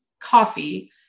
coffee